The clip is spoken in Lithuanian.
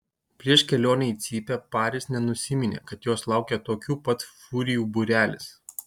prieš kelionę į cypę paris nenusiminė kad jos laukia tokių pat furijų būrelis